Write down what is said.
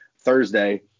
Thursday